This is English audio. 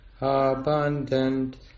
abundant